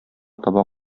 таба